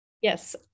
yes